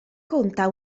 conta